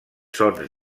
sons